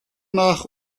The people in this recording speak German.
nach